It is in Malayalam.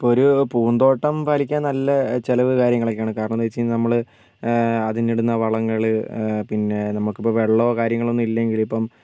ഇപ്പോൾ ഒരു പൂന്തോട്ടം പാലിക്കാൻ നല്ല ചിലവ് കാര്യങ്ങളക്കെയാണ് കാരണംന്ന് വെച്ച് കഴിഞ്ഞാൽ നമ്മൾ അതിനിടുന്ന വളങ്ങൾ പിന്നെ നമുക്ക് ഇപ്പോൾ വെള്ളമോ കാര്യങ്ങളൊന്നൂല്ലങ്കിൽ ഇപ്പം